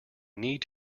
need